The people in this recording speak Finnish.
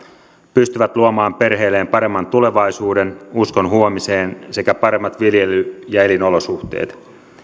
pystyvät luomaan perheilleen paremman tulevaisuuden uskon huomiseen sekä paremmat viljely ja elinolosuhteet